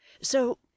So